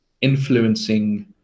influencing